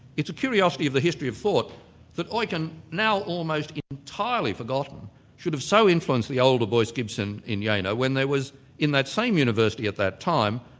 it's a curiosity of the history of thought that eucken like and now almost entirely forgotten should have so influenced the older royce gibson in yeah jena when there was in that same university at that time,